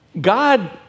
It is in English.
God